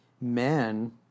men